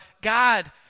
God